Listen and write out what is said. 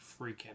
freaking